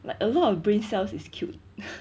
like a lot of brain cells is killed